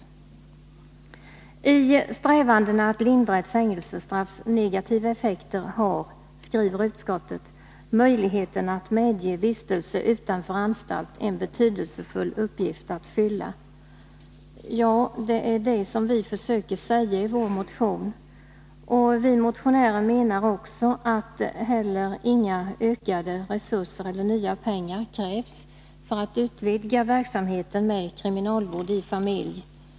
”TI strävandena att lindra ett fängelstraffs negativa effekter har”, skriver utskottet, ”möjligheten att medge vistelse utanför anstalt en betydelsefull uppgift att fylla.” Ja, det är det som vi försöker säga i vår motion. Vi motionärer menar också att inga ökade resurser eller nya pengar krävs för att utvidga verksamheten med kriminalvård i familj.